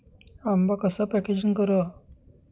आंबा कसा पॅकेजिंग करावा?